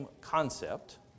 concept